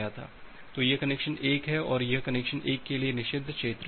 तो यह कनेक्शन 1 है और यह कनेक्शन 1 के लिए निषिद्ध क्षेत्र है